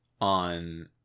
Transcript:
on